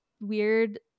weird